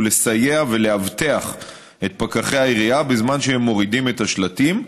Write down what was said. הוא לסייע ולאבטח את פקחי העירייה בזמן שהם מורידים את השלטים,